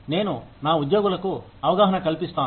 నేను నా ఉద్యోగులకు అవగాహన కల్పిస్తాను